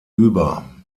über